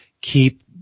keep